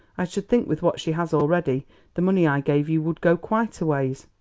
i should think with what she has already the money i gave you would go quite a ways.